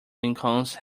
ensconce